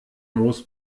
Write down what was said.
moos